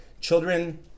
children